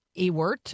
Ewert